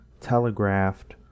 telegraphed